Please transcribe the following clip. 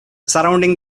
surrounding